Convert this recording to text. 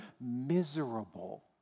miserable